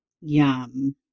Yum